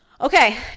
Okay